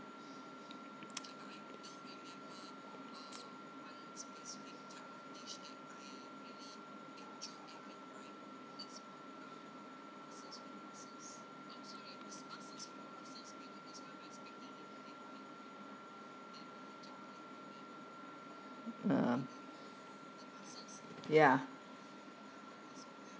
uh ya